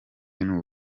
n’u